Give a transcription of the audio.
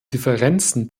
differenzen